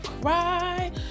cry